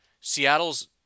Seattle's